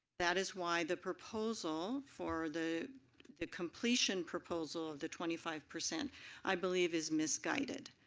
that is why the proposal for the the completion proposal of the twenty five percent i believe is misguided.